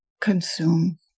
consume